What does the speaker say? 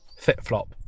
Fitflop